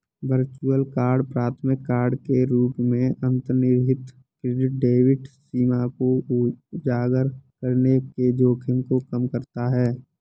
virtual card प्राथमिक card के रूप में अंतर्निहित क्रेडिट डेबिट सीमा को उजागर करने के जोखिम को कम करता है